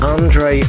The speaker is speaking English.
Andre